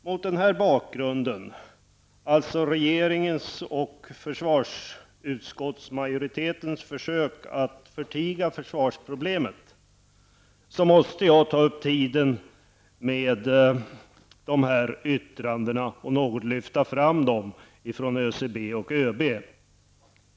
Mot den här bakgrunden, dvs. regeringens och försvarsutskottsmajoritetens försök att förtiga försvarsproblemet, måste jag ta upp tiden med att något lyfta fram dessa yttranden från ÖCB och ÖB.